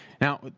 Now